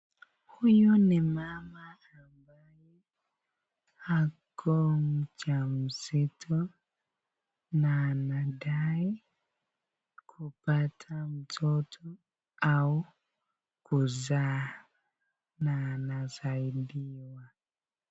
Huyu ni mama ambaye ako mjamzito na anadai kupata mtoto au kuzaa, na anasaidiwa.